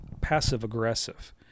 passive-aggressive